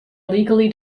legally